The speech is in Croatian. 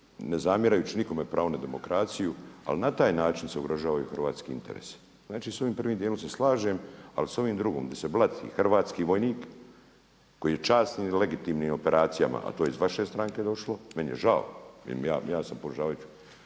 ne zamjerajući nikome pravo na demokraciju ali na taj način se ugrožavaju hrvatski interesi. Znači s ovim prvim djelom se slažem ali s ovim drugim gdje se blati hrvatski vojnik koji je u časnim i legitimnim operacijama a to je iz vaše stranke došlo, meni je žao, ja sa ponižen